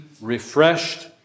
refreshed